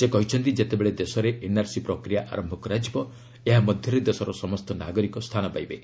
ସେ କହିଛନ୍ତି ଯେତେବେଳେ ଦେଶରେ ଏନ୍ଆର୍ସି ପ୍ରକ୍ରିୟା ଆରମ୍ଭ କରାଯିବ ଏହା ମଧ୍ୟରେ ଦେଶର ସମସ୍ତ ନାଗରିକ ସ୍ଥାନ ପାଇବେ